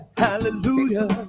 hallelujah